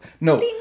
No